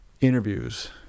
interviews